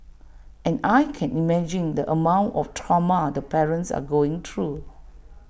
and I can imagine the amount of trauma the parents are going through